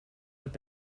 have